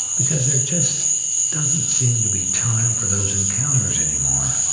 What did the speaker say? because there just doesn't seem to be time for those encounters anymore.